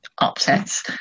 upsets